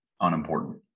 unimportant